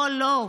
אוה, לא.